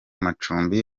macumbi